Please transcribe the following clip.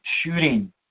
shooting